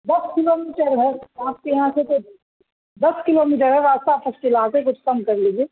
دس kilometre ہے آپ کے یہاں سے تو دس کلو میٹر ہے کچھ کم کر لیجیے